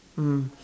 mm